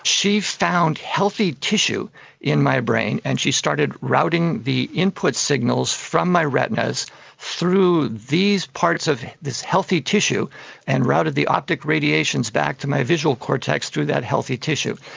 she found healthy tissue in my brain and she started routing the input signals from my retinas through these parts of this healthy tissue and routed the optic radiations back to my visual cortex through that healthy tissue.